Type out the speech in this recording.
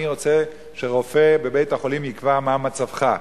אני רוצה שרופא בבית-החולים יקבע מה מצבך.